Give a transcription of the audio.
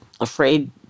afraid